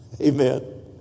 Amen